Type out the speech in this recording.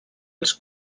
els